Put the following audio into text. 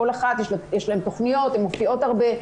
לכל אחת יש תוכניות והן מופיעות הרבה.